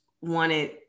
wanted